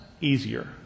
easier